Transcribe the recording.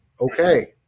okay